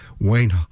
Wayne